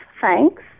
Thanks